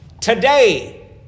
today